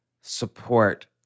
support